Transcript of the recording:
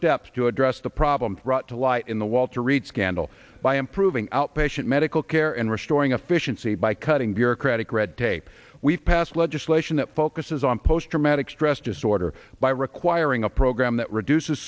steps to address the problem to light in the walter reed scandal by improving outpatient medical care and restoring efficiency by cutting bureaucratic red tape we've passed legislation that focuses on post traumatic stress disorder by requiring a program that reduces